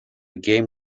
game